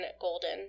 Golden